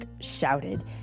shouted